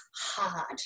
hard